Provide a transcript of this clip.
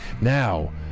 Now